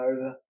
over